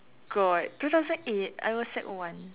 god two thousand eight I was sec one